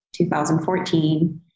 2014